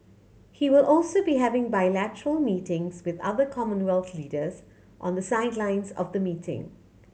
he will also be having bilateral meetings with other Commonwealth leaders on the sidelines of the meeting